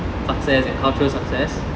success and cultural success